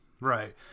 right